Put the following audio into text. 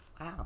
Wow